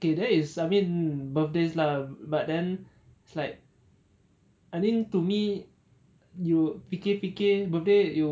okay that is I mean birthdays lah but then it's like I mean to me you fikir fikir birthday